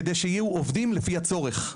כדי שיהיו עובדים לפי הצורך,